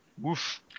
Woof